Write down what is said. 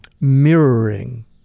mirroring